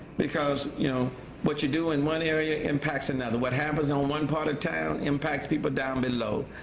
because you know what you do in one area impacts another. what happens on one part of town impacts people down below.